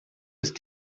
ist